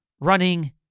running